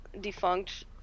defunct